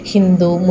Hindu